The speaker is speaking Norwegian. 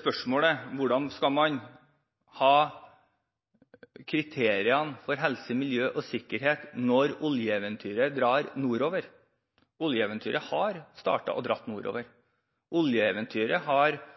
spørsmålet om hvordan kriteriene skal være for helse, miljø og sikkerhet når oljeeventyret drar nordover, er det slik at oljeeventyret har startet og har dratt nordover – oljeeventyret har